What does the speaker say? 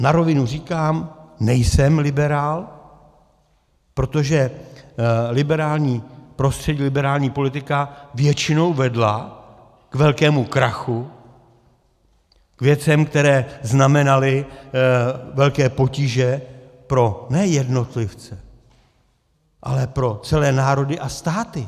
Na rovinu říkám, že nejsem liberál, protože liberální prostředí, liberální politika většinou vedla k velkému krachu, k věcem, které znamenaly velké potíže ne pro jednotlivce, ale pro celé národy a státy.